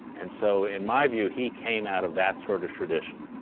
and so, in my view, he came out of that sort of tradition.